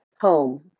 home